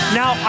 now